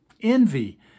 envy